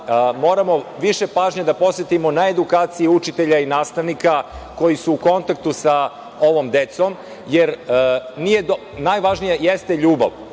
moramo više pažnje da posvetimo na edukaciju učitelja i nastavnika koji su u kontaktu sa ovom decom, jer najvažnija jeste ljubav,